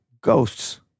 ghosts